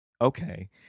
Okay